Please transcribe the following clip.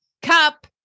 Cup